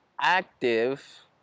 Active